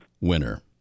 winner